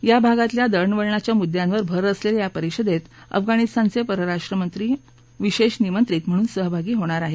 या भागातल्या दळणवळणाच्या मुद्द्यांवर भर असलेल्या या परिषदेत अफगाणिस्तानचे परराष्ट्रमंत्री विशेष निमंत्रित म्हणून सहभागी होणार आहेत